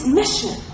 mission